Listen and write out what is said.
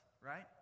right